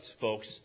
folks